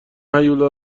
هیولا